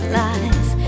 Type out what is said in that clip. life